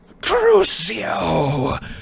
Crucio